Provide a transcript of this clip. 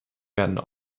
werden